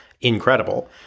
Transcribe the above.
incredible